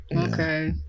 Okay